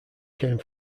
came